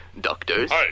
Doctors